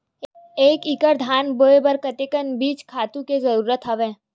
एक एकड़ धान बोय बर कतका बीज खातु के जरूरत हवय?